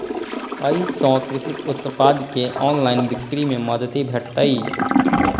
अय सं कृषि उत्पाद के ऑनलाइन बिक्री मे मदति भेटतै